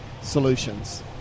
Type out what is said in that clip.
solutions